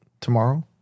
tomorrow